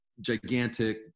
Gigantic